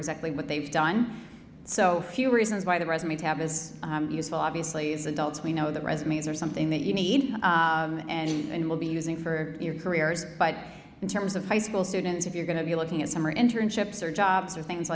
exactly what they've done so few reasons why the resume tab is useful obviously as adults we know that resumes are something that you need and will be using for your careers but in terms of high school students if you're going to be looking at summer internships or jobs or things